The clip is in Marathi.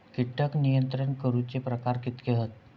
कीटक नियंत्रण करूचे प्रकार कितके हत?